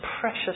precious